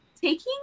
taking